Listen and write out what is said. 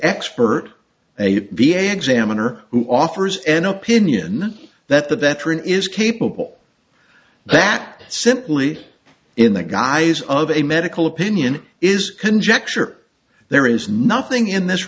expert a v a examiner who offers an opinion that the veteran is capable that simply in the guise of a medical opinion is conjecture there is nothing in this